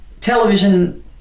television